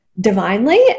divinely